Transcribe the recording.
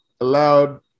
allowed